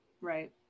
Right